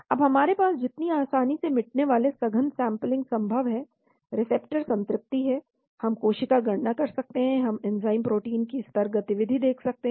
अब हमारे पास अधिक आसानी से मिलने वाली सघन सैंपलिंग संभव है रिसेप्टर संतृप्ति है हम कोशिका गणना कर सकते हैं हम एंजाइम प्रोटीन की स्तर गतिविधि देख सकते हैं